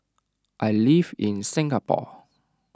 I live in Singapore